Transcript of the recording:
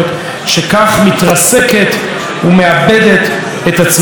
שכך מתרסקת ומאבדת את הציבור.